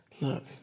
Look